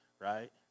right